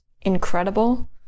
incredible